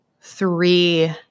three